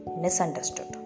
misunderstood